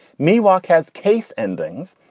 miwok has case endings.